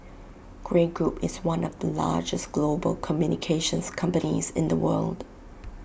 Grey Group is one of the largest global communications companies in the world